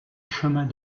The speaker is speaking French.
chemins